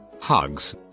hugs